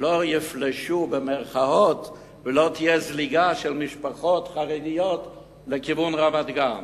לא "יפלשו" ולא תהיה זליגה של משפחות חרדיות לכיוון רמת-גן,